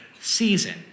season